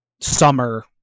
summer